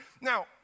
Now